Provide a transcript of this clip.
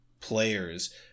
players